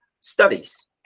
studies